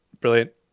Brilliant